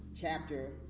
chapter